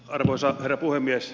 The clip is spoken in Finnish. arvoisa herra puhemies